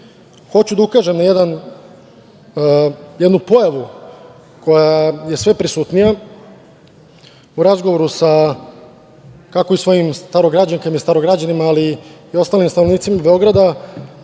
takođe da ukažem na jednu pojavu koja je sve prisutnija. U razgovoru sa, kako svojim starograđankama i starograđanima, ali i ostalim stanovnicima Beograda,